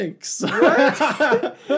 thanks